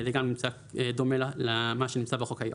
זה גם נמצא דומה למה שנמצא בחוק היום.